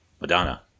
Madonna